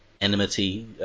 enmity